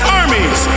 armies